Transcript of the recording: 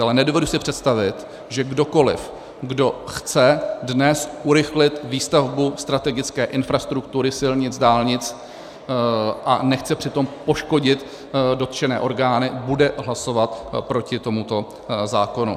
Ale nedovedu si představit, že kdokoliv, kdo chce dnes urychlit výstavbu strategické infrastruktury, silnic, dálnic, a nechce přitom poškodit dotčené orgány, bude hlasovat proti tomuto zákonu.